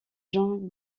jean